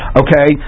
okay